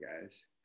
guys